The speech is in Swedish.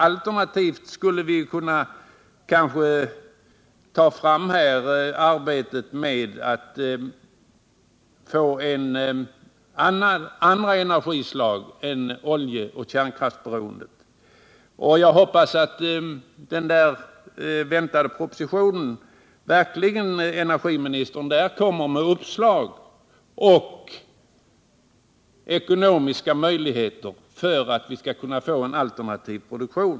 Alternativt skulle vi kanské kunna arbeta för andra energislag än kärnkraften och oljan. Jag hoppas att energiministern i den väntade propositionen verkligen kommer med uppslag och ställer ekono Nr 94 miska resurser till förfogande för en alternativ produktion.